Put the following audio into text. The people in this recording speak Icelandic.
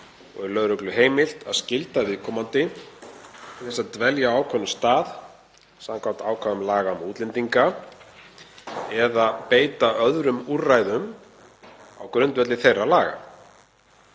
og er lögreglu heimilt að skylda viðkomandi til að dvelja á ákveðnum stað, samkvæmt ákvæðum laga um útlendinga, eða beita öðrum úrræðum á grundvelli þeirra laga.